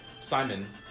Simon